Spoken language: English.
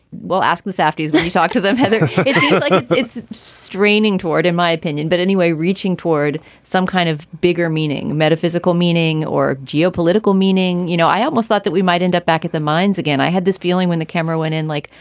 we'll ask was after you but you talk to them, whether it's straining toward, in my opinion, but anyway, reaching toward some kind of bigger meaning, metaphysical meaning or geopolitical meaning, you know, i almost thought that we might end up back at the mines again. i had this feeling when the camera went in, like,